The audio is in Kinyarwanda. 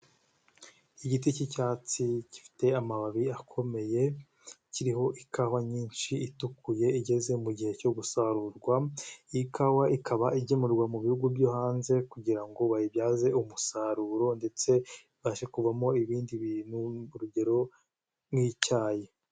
Igiti cy'icyatsi gifite amababi akomeye kiriho ikawa nyinshi itukuye igeze mu gihe cyo gusarurwa iyi kawa ikaba igemurwa mu bihugu byo hanze kugira ngo bayibyaze umusaruro ndetse ibashe kubamo ibindi bintu. Urugero nk'icyayi.